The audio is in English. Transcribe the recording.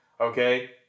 Okay